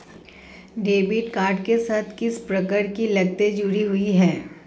Debit card के साथ किस प्रकार की लागतें जुड़ी हुई हैं?